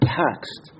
text